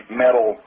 metal